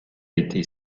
été